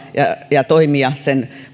ja toimia